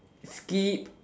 skip